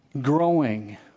growing